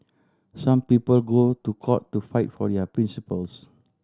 some people go to court to fight for their principles